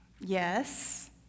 yes